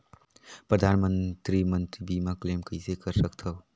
परधानमंतरी मंतरी बीमा क्लेम कइसे कर सकथव?